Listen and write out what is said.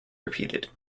repeated